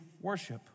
worship